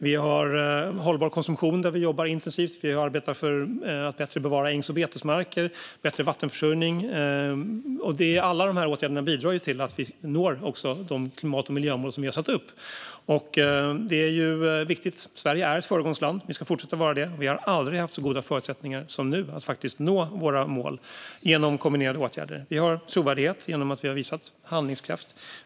Vi har hållbar konsumtion, där vi jobbar intensivt. Vi arbetar för att bättre bevara ängs och betesmarker och för bättre vattenförsörjning. Alla dessa åtgärder bidrar till att vi når de klimat och miljömål som vi har satt upp. Och det är viktigt. Sverige är ett föregångsland. Vi ska fortsätta att vara det. Vi har aldrig haft så goda förutsättningar som nu att faktiskt nå våra mål genom kombinerade åtgärder. Vi har trovärdighet genom att vi har visat handlingskraft.